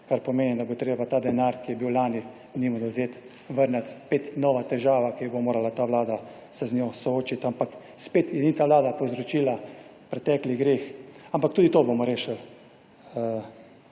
kar pomeni, da bo treba ta denar, ki je bil lani njim odvzet, vrniti, spet nova težava, ki jo bo morala ta Vlada se z njo soočiti. Ampak spet ni ta Vlada je povzročila pretekli greh, ampak tudi to bomo rešili.